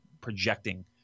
projecting